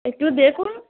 একটু দেখুন